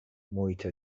محیط